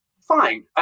fine